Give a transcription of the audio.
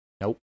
nope